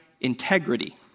integrity